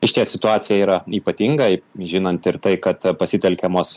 išties situacija yra ypatinga žinant ir tai kad pasitelkiamos